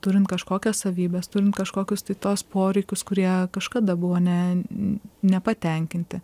turint kažkokias savybes turint kažkokius tai tuos poreikius kurie kažkada buvo nepatenkinti